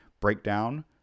Breakdown